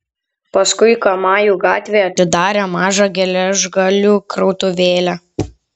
paskui kamajų gatvėje atidarė mažą geležgalių krautuvėlę